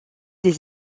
des